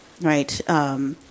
right